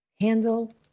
handle